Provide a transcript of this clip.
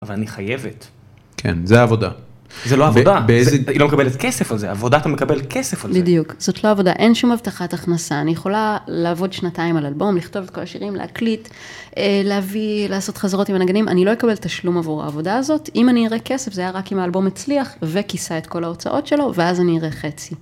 אבל אני חייבת. כן, זה עבודה. זה לא עבודה, באיזה, היא לא מקבלת כסף על זה, עבודה, אתה מקבל כסף על זה. בדיוק, זאת לא עבודה, אין שום הבטחת הכנסה, אני יכולה לעבוד שנתיים על אלבום, לכתוב את כל השירים, להקליט, להביא, לעשות חזרות עם הנגנים, אני לא אקבל תשלום עבור העבודה הזאת. אם אני אראה כסף, זה היה רק אם האלבום מצליח וכיסה את כל ההוצאות שלו, ואז אני אראה חצי.